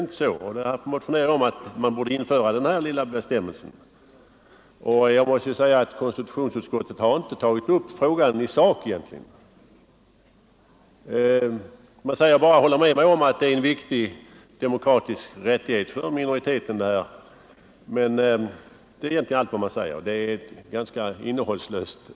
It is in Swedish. Jag har motionerat om att en sådan bestämmelse skall införas. Konstitutionsutskottet har i sak egentligen inte tagit upp frågan. Man håller med mig om att det är en viktig och demokratisk rättighet för minoriteten, men det är egentligen allt som sägs i betänkandet.